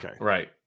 Right